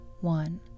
one